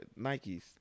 Nikes